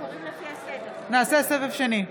בבקשה לעשות סבב שני.